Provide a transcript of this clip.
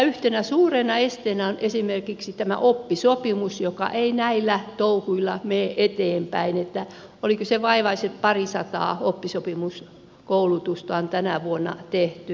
yhtenä suurena esteenä on esimerkiksi tämä oppisopimus joka ei näillä touhuilla mene eteenpäin oliko se vaivaiset parisataa oppisopimuskoulutusta kun on tänä vuonna tehty